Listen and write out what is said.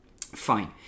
Fine